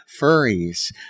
furries